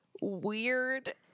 weird